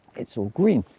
it's all green.